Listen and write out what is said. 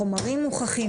חומרים מוכחים,